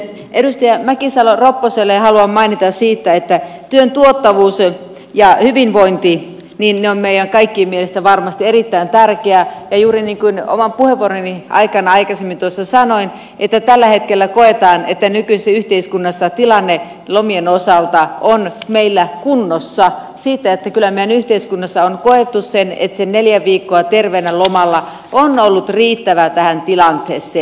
edustaja mäkisalo ropposelle haluan mainita siitä että työn tuottavuus ja hyvinvointi ovat meidän kaikkien mielestä varmasti erittäin tärkeitä ja juuri niin kuin oman puheenvuoroni aikana aikaisemmin tuossa sanoin tällä hetkellä koetaan että nykyisin yhteiskunnassa tilanne lomien osalta on meillä kunnossa eli kyllä meidän yhteiskunnassa on koettu se että se neljä viikkoa terveenä lomalla on ollut riittävä tähän tilanteeseen